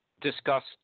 discussed